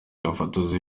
gafotozi